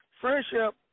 friendship